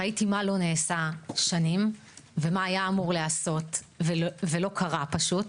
ראיתי מה לא נעשה שנים ומה היה אמור להיעשות ולא קרה פשוט.